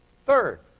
third,